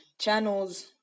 channels